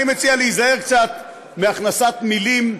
אני מציע להיזהר קצת מהכנסָת מילים,